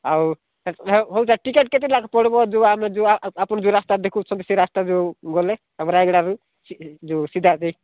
ଆଉ ହେଉ sir ticket କେତେ ଲେଖାଏଁ ପଡ଼ିବ ଯେଉଁ ଆମେ ଯେଉଁ ଆପଣ ଯେଉଁ ରାସ୍ତାରେ ଦେଖାଉଛନ୍ତି ସେ ରାସ୍ତା ଯେଉଁ ଗଲେ ଆମ ରାୟଗଡ଼ାରୁ ଯେଉଁ ସିଧା ସେହି